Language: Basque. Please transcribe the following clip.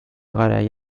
garai